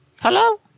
Hello